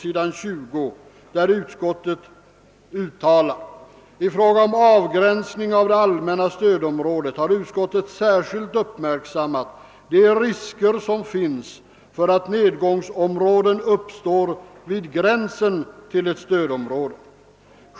»I fråga om avgränsningen av det allmänna stödområdet har utskottet särskilt uppmärksammat de risker som finns för att nedgångsområden uppstår vid gränsen till ett stödområde.